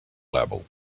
level